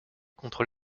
contre